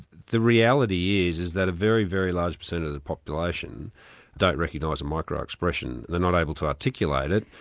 the reality is is that a very, very large percentage of the population don't recognise a micro expression. they're not able to articulate it.